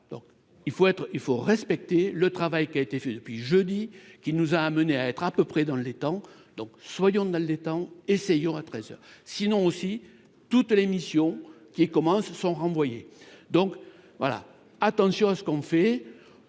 il faut respecter le travail qui a été fait depuis jeudi, qui nous a amenés à être à peu près dans les temps, donc soyons dans détend essayant à 13 heures sinon aussi toute l'émission, qui est comment se sont renvoyés, donc voilà, attention à ce qu'on fait,